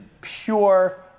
pure